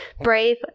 brave